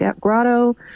grotto